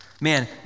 Man